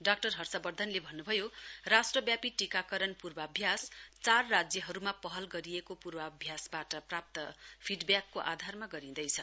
doctor हर्षवर्धनले भन्नुभयो राष्ट्रव्यापी टीकारकरण पूर्वाभ्यास चार राज्यहरूमा पहल गरिएको पूर्वभ्यासबाट प्राप्त फीडब्याकको आधारमा गरिँदैछ